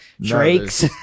drakes